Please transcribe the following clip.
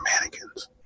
mannequins